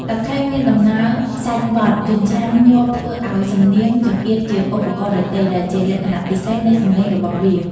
តាខេមានដំណើរ សាច់បទចិញ្ច្រាំញាប់ធ្វើឱ្យសំនៀងចង្អៀតជាងឧបករណ៍ដទៃ ដែលជាលក្ខណៈពិសេសនៃសម្លេងរបស់វា។